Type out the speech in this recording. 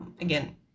again